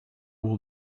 will